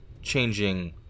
Changing